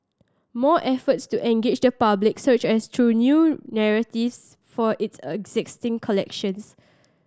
more efforts to engage the public such as through new narratives for its existing collections